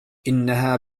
إنها